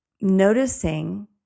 noticing